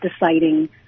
deciding